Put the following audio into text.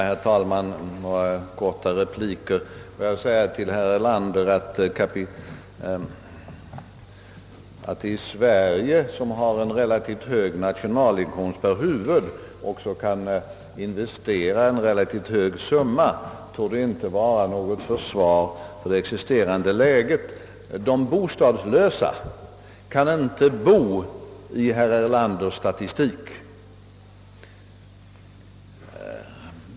Herr talman! Bara några korta repliker. Jag vill säga till herr Erlander att statsministerns argument att Sverige — som har en relativt hög nationalinkomst per huvud — också kan investera ganska stora belopp inte utgör något försvar för det rådandet läget. De bostadslösa kan inte bo i herr Erlanders statistik!